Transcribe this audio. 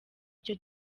icyo